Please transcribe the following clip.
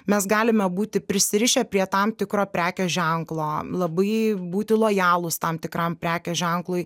mes galime būti prisirišę prie tam tikro prekės ženklo labai būti lojalūs tam tikram prekės ženklui